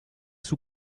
sous